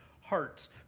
hearts